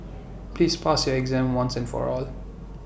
please pass your exam once and for all